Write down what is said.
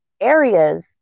areas